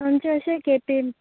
आमचे अशें केपें